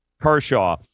Kershaw